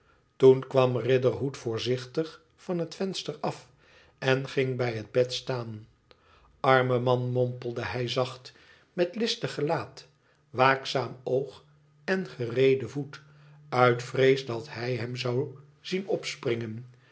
toen kwam riderhood voorzichtig van het venster af en ging bi het bed staan arme man mompelde hij zacht met lisdg gelaat waakzaam oog en gereeden voet uit vrees dat hij hem zou zien opspringen